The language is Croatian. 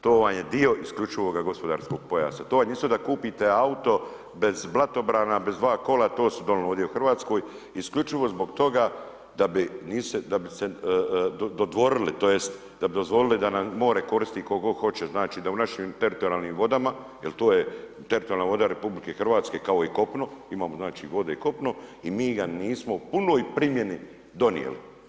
To vam je dio isključivoga gospodarskog pojasa, to vam je isto da kupite auto bez blatobrana, bez dva kola, to se donijelo ovdje u Hrvatskoj, isključivo zbog toga da bi se dodvorili, tj. da bi dozvolili da nam more koristi tko god hoće, znači da u našim teritorijalnim vodama, jer to je teritorijalna voda RH kao i kopno, imamo znači vode i kopno i mi ga nismo u punoj primjeni donijeli.